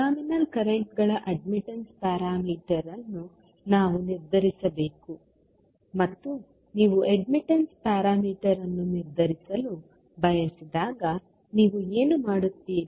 terminal ಕರೆಂಟ್ಗಳ admittance parameter ಅನ್ನು ನಾವು ನಿರ್ಧರಿಸಬೇಕು ಮತ್ತು ನೀವು ಅಡ್ಮಿಟ್ಟನ್ಸ್ ಪ್ಯಾರಾಮೀಟರ್ ಅನ್ನು ನಿರ್ಧರಿಸಲು ಬಯಸಿದಾಗ ನೀವು ಏನು ಮಾಡುತ್ತೀರಿ